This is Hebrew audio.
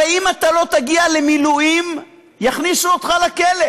הרי אם אתה לא תגיע למילואים, יכניסו אותך לכלא.